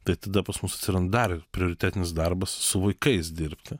tai tada pas mus atsiranda dar ir prioritetinis darbas su vaikais dirbti